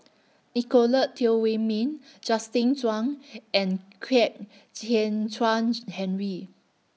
Nicolette Teo Wei Min Justin Zhuang and Kwek Hian Chuan Henry